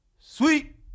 Sweet